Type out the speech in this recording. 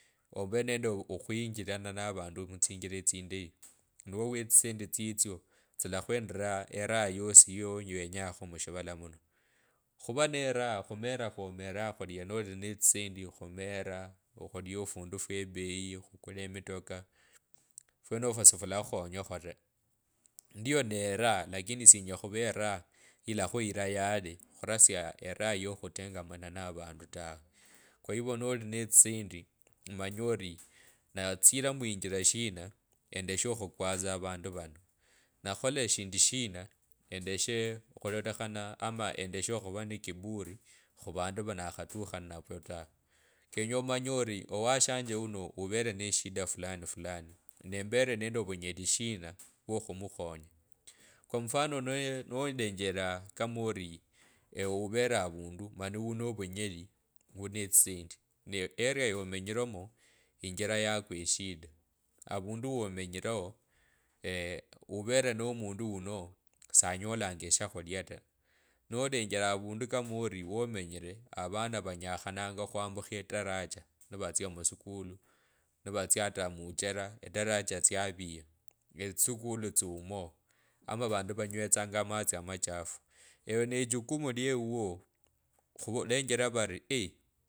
Ove nende okhwinjiilana navundu mutsinjira tsindayi niwo etsisendi tsitsyo tsila khwendira eraha yosi yawenyakho mushivala muno. Khuvaa ne raa khumera khwo meraa khulipa noli ne tsisendi khumera okhulima ofunda few beyi okhukula emitoka fwenofu sufwalakhukhonyokho ta, ndiyo ne raha lakini sinyela khuvee eraha yilakhuiya yake khurasia eraha yokhutendamano na avandu tawe kwa hivyo noli netsisendi manya ori natsila muinjila shina endeshe okhukwasa avandu vano nakhuka shindu shina endeshe okhukwa avandu vano nakhola shina endeshe ama endeshe khuva omanye ori owashanje uto uvele ne shida fulani ne vunyeli shina vwokhumukhonya kwa mfano noo kama ori ewe uvele avundu maniuvere novunyeli wunetsisendi area yomenyilemo injila yakwa eshida avundu womenyilee wuvele no mundu wuno sanyolanga eshakhusi ta nolenje avundu kama ori womanyire avanga vanyakhanange khwambukha etaraja nivatsia musuku nivatsa hata muchera tsitaraja traviya etsisukuli tsiumoo ama vandu vanywetsanga amaji amachafu ewe ne echukume lieuwo kholenjela vari ee.